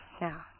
Now